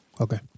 Okay